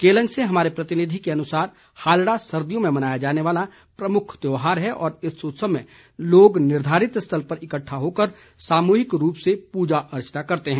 केलंग से हमारे प्रतिनिधि के अनुसार हालडा सर्दियों में मनाया जाने वाला प्रमुख त्यौहार है और इस उत्सव में लोग निर्धारित स्थल पर इकट्ठे होकर सामूहिक रूप से पूजा अर्चना करते हैं